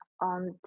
on